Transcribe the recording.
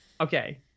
okay